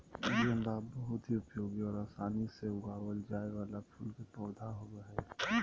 गेंदा बहुत ही उपयोगी और आसानी से उगावल जाय वाला फूल के पौधा होबो हइ